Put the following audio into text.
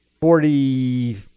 forty,